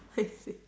paiseh